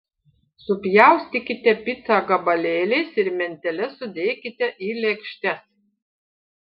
supjaustykite picą gabalėliais ir mentele sudėkite į lėkštes